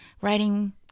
Writing